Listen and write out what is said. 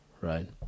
right